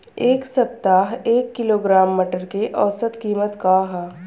एक सप्ताह एक किलोग्राम मटर के औसत कीमत का ह?